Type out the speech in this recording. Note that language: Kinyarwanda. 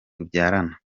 tubyarana